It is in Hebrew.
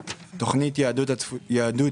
339 אלפי ₪ במזומן בתכניות התקציב הבאות: